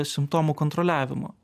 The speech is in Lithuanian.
simptomų kontroliavimo